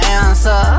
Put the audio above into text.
answer